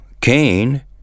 Cain